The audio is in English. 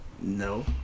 No